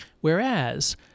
Whereas